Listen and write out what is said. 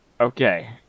Okay